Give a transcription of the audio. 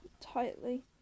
tightly